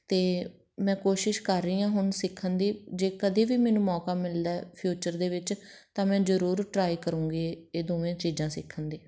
ਅਤੇ ਮੈਂ ਕੋਸ਼ਿਸ਼ ਕਰ ਰਹੀ ਹਾਂ ਹੁਣ ਸਿੱਖਣ ਦੀ ਜੇ ਕਦੇ ਵੀ ਮੈਨੂੰ ਮੌਕਾ ਮਿਲਦਾ ਫਿਊਚਰ ਦੇ ਵਿੱਚ ਤਾਂ ਮੈਂ ਜ਼ਰੂਰ ਟਰਾਈ ਕਰੂੰਗੀ ਇਹ ਦੋਵੇਂ ਚੀਜ਼ਾਂ ਸਿੱਖਣ ਦੀ